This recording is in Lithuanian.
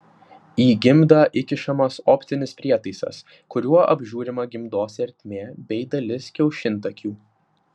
į gimdą įkišamas optinis prietaisas kuriuo apžiūrima gimdos ertmė bei dalis kiaušintakių